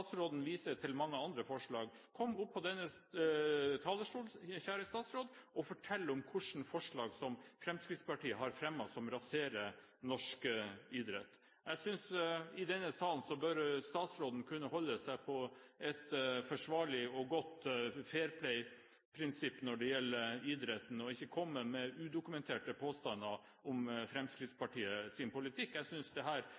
viser til mange andre forslag. Kom opp på denne talerstolen, kjære statsråd, og fortell hvilke forslag som Fremskrittspartiet har fremmet, som raserer norsk idrett. Jeg synes at i denne salen bør statsråden kunne holde seg til et forsvarlig og godt fair play-prinsipp når det gjelder idretten, og ikke komme med udokumenterte påstander om